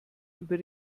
über